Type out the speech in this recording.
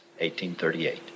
1838